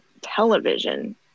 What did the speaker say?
television